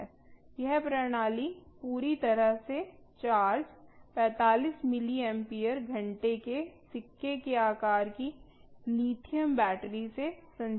यह प्रणाली पूरी तरह से चार्ज 45 मिलिम्पियर घंटे के सिक्के के आकार की लिथियम बैटरी से संचालित है